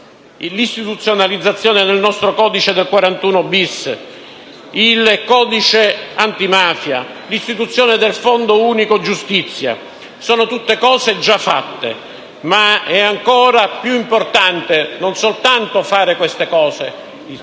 l'istituzionalizzazione nel nostro codice del 41- *bis*, il codice antimafia, l'istituzione del fondo unico giustizia. Sono tutte cose già fatte. Ma è ancora più importante non soltanto fare queste cose, segnali